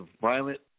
violent